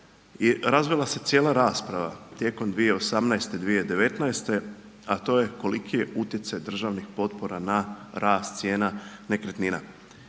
razvila se cijela rasprava tijekom 2018./2019., a to je koliki je utjecaj državnih potpora na rast cijena nekretnina.